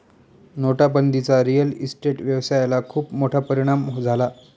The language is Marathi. नोटाबंदीचा रिअल इस्टेट व्यवसायाला खूप मोठा परिणाम झाला